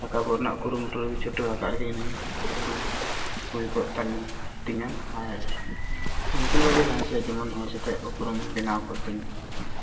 ᱨᱟᱠᱟᱵᱚᱜ ᱨᱮᱱᱟᱜ ᱠᱩᱩᱢᱩᱴᱩ ᱨᱮ ᱪᱷᱩᱴᱟᱹᱣ ᱟᱠᱟᱫ ᱨᱮᱜᱮ ᱦᱤᱱᱟᱹᱧᱟ ᱟᱨ ᱡᱮᱢᱚᱱ ᱦᱩᱭ ᱠᱚᱜ ᱛᱟᱹᱧ ᱛᱤᱧᱟᱹ ᱟᱨ ᱩᱱᱠᱩ ᱞᱮᱠᱟᱜᱮ ᱞᱟᱦᱟ ᱥᱮᱫ ᱡᱮᱢᱚᱱ ᱦᱚᱲ ᱥᱟᱛᱮᱜ ᱩᱯᱨᱩᱢ ᱤᱧ ᱵᱮᱱᱟᱣ ᱠᱚᱜ ᱛᱤᱧ ᱢᱟ